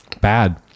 bad